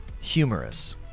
humorous